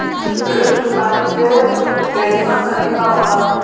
ऋण चुकाने के केतना तरीका होला?